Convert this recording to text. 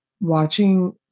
watching